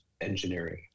engineering